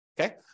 Okay